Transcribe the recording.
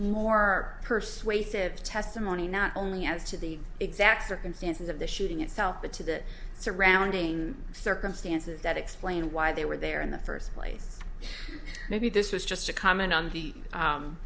more persuasive testimony not only as to the exact circumstances of the shooting itself but to the surrounding circumstances that explain why they were there in the first place maybe this was just a comment on the